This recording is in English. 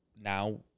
now